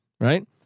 right